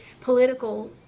political